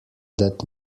that